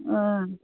ओं